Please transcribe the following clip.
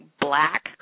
black